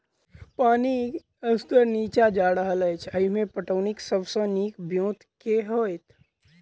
पानि स्तर नीचा जा रहल अछि, एहिमे पटौनीक सब सऽ नीक ब्योंत केँ होइत?